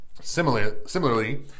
Similarly